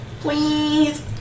Please